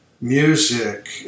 music